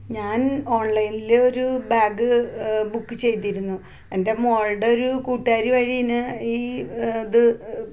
ഞാൻ ഓൺലൈനിൽ ഒരു ബാഗ് ബുക്ക് ചെയ്തിരുന്നു എൻ്റെ മോളുടെ ഒരു കൂട്ടുകാരി വഴിന് ഈ ഇത്